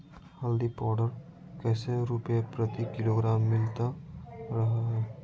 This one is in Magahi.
हल्दी पाउडर कैसे रुपए प्रति किलोग्राम मिलता रहा है?